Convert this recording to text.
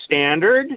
standard